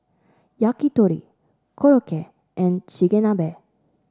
Yakitori Korokke and Chigenabe